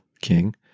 King